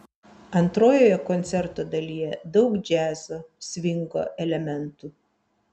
antrojoje koncerto dalyje daug džiazo svingo elementų